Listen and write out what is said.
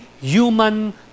human